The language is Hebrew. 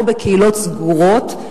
או בקהילות סגורות,